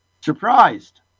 surprised